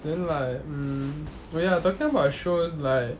then like mm oh ya talking about the shows like